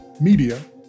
Media